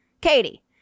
Katie